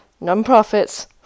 non-profits